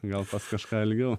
gal pas kažką ilgiau